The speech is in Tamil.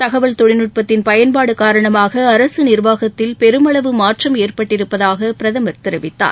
தகவல் தொழில்நுட்பத்தின் பயன்பாடு காரணமாக அரசு நிர்வாகத்தில் பெருமளவு மாற்றம் ஏற்பட்டிருப்பதாக பிரதமர் தெரிவித்தார்